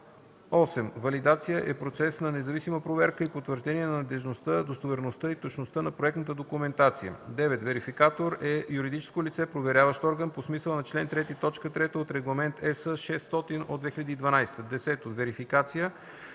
8. „Валидация” е процес на независима проверка и потвърждение на надеждността, достоверността и точността на проектната документация. 9. „Верификатор” е юридическо лице – проверяващ орган по смисъла на чл. 3, т. 3 от Регламент (ЕС) № 600/2012. 10. „Верификация”